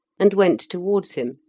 and went towards him.